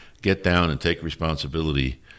get-down-and-take-responsibility